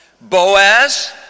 Boaz